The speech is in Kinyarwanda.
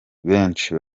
benshi